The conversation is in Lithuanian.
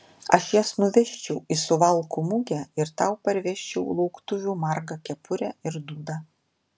aš jas nuvežčiau į suvalkų mugę ir tau parvežčiau lauktuvių margą kepurę ir dūdą